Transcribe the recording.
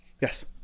Yes